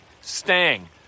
Stang